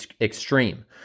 extreme